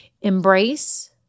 Embrace